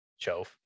Chove